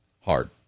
hard